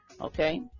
okay